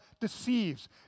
deceives